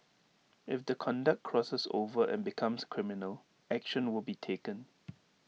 if the conduct crosses over and becomes criminal action will be taken